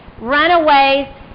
Runaways